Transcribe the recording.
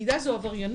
תדע זו עבריינות,